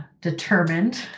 determined